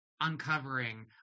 uncovering